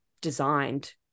designed